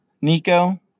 Nico